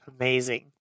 Amazing